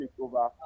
over